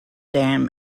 dam